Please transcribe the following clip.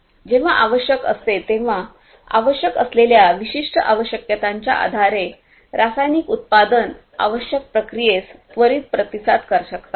जेव्हा आवश्यक असते तेव्हा आणि आवश्यक असलेल्या विशिष्ट आवश्यकतांच्या आधारे रासायनिक उत्पादक आवश्यक प्रक्रियेस त्वरित प्रतिसाद देऊ शकतात